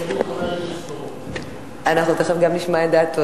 תשאלי את חבר הכנסת, אנחנו תיכף גם נשמע את דעתו.